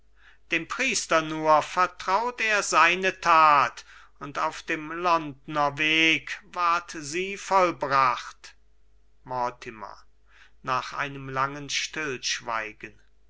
dem priester nur vertraut er seine tat und auf dem londner weg ward sie vollbracht mortimer nach einem langen stillschweigen